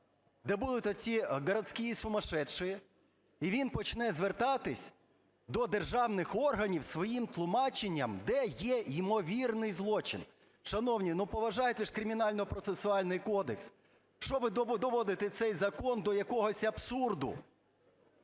де будуть оці "городские сумасшедшие", і він почне звертатись до державних органів з своїм тлумаченням, де є ймовірний злочин? Шановні, ну, поважайте ж Кримінально-процесуальний кодекс. Що ви доводите цей закон до якогось абсурду?